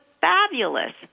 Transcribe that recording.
fabulous